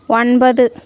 ஒன்பது